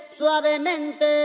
suavemente